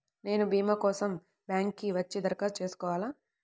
నేను భీమా కోసం బ్యాంక్కి వచ్చి దరఖాస్తు చేసుకోవాలా?